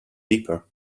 deeper